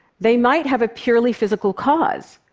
they might have a purely physical cause.